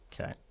Okay